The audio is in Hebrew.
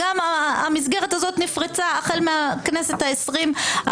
המסגרת הזאת נפרצה החל מהכנסת העשרים,